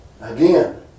Again